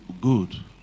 good